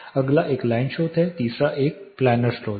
अगला एक लाइन स्रोत है तीसरा एक प्लानर स्रोत है